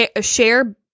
share